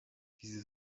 diese